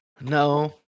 No